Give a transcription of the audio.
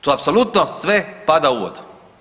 Tu apsolutno sve pada u vodu.